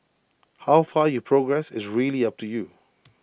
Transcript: how far you progress is really up to you